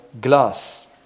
glass